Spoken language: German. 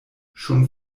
schon